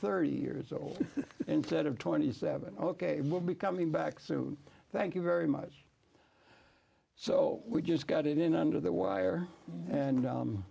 thirty years old instead of twenty seven ok will be coming back soon thank you very much so we just got it in under the wire and